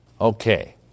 Okay